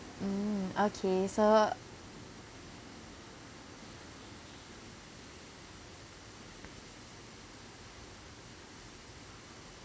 mm okay so